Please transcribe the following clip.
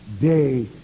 day